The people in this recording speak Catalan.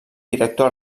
director